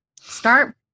Start